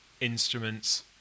instruments